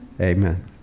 Amen